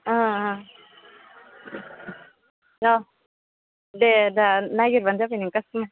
दे दा नाइगिरब्लानो जाबाय नों कासट'मार